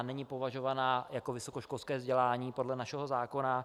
Není považovaná jako vysokoškolské vzdělání podle našeho zákona.